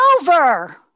over